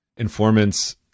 Informants